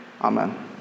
Amen